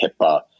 hipaa